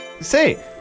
Say